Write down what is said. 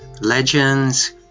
legends